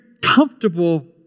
comfortable